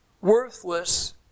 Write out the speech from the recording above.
worthless